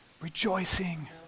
Rejoicing